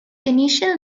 initial